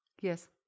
Yes